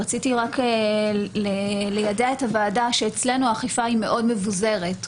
רציתי ליידע את הוועדה שאצלנו האכיפה היא מאוד מבוזרת,